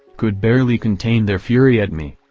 could barely contain their fury at me.